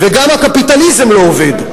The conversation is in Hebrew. וגם הקפיטליזם לא עובד.